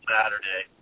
Saturday